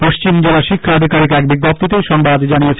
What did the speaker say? পশ্চিম জেলা শিক্ষা আধিকারিক এক বিজ্ঞপ্তিতে এ সংবাদ জানিয়েছেন